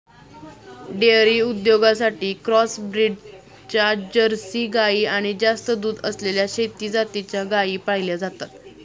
dairy उद्योगासाठी cross ब्रीडच्या Jersey गाई आणि जास्त दूध असलेल्या देशी जातीच्या गायी पाळल्या जातात